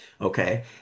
Okay